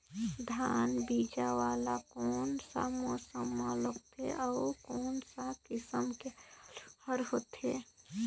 धान बीजा वाला कोन सा मौसम म लगथे अउ कोन सा किसम के आलू हर होथे?